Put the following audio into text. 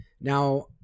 Now